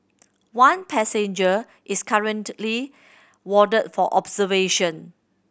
one passenger is currently warded for observation